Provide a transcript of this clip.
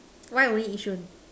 why only yishun